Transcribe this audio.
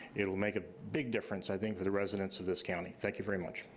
it'll make a big difference, i think, for the residents of this county. thank you very much.